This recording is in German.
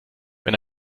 wenn